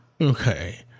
Okay